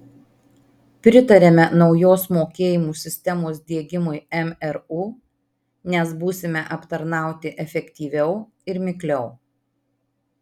pritariame naujos mokėjimų sistemos diegimui mru nes būsime aptarnauti efektyviau ir mikliau